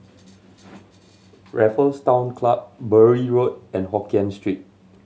Raffles Town Club Bury Road and Hokien Street